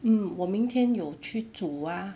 mm 我明天有去煮 ah